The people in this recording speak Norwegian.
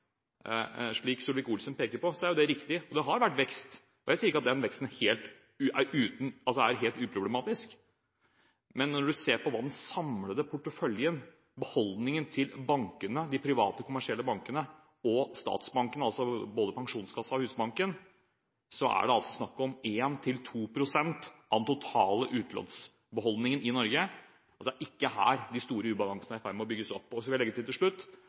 slik Solvik-Olsen peker på, er det riktig at det har vært vekst. Jeg sier ikke at den veksten er helt uproblematisk. Men når en ser på den samlede porteføljen, beholdningen til de private, kommersielle bankene og statsbankene – altså både Pensjonskassen og Husbanken – er det snakk om en til to prosent av den totale utlånsbeholdningen i Norge. Det er ikke her de store ubalansene er i ferd med å bygge seg opp. Så vil jeg til slutt legge til: Noe av poenget er at for folk i Norge som ellers ikke kan fylle kravene til